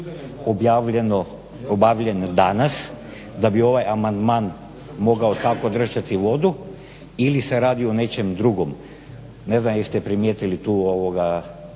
obavljene danas da bi ovaj amandman mogao tako držati vodu ili se radi o nečem drugom. Ne znam da li ste primijetili tu ovoga